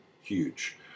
huge